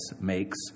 makes